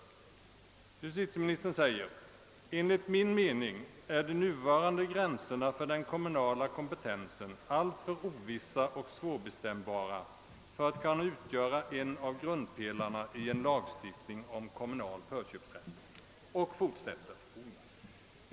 Justitieministern säger: »Enligt min mening är de nuvarande gränserna för den kommunala kompetensen alltför ovissa och svårbestämbara för att kunna utgöra en av grundpelarna i en lagstiftning om kommunal förköpsrätt.